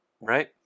right